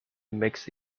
makes